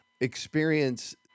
experience